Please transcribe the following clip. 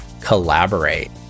collaborate